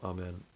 Amen